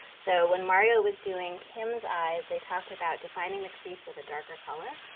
so when mario was doing kim's eyes, they talked about defining the crease with a darker color.